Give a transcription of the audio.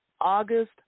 august